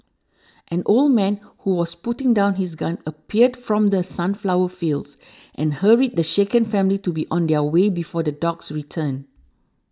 an old man who was putting down his gun appeared from the sunflower fields and hurried the shaken family to be on their way before the dogs return